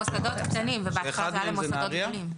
במוסדות קטנים, ובהתחלה זה היה למוסדות גדולים.